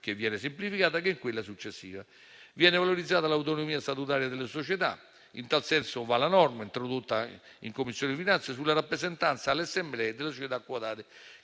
che viene semplificata, sia in quella successiva. Viene valorizzata l'autonomia statutaria delle società. In tal senso va la norma, introdotta in Commissione finanze, sulla rappresentanza alle assemblee delle società quotate,